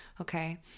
okay